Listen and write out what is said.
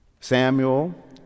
Samuel